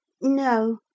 No